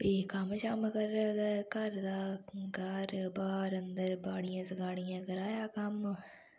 फ्ही कम्म शम्म करे दे घर दा घर बाहर अंदर बाड़ियें शगाड़ियें कराया कम्म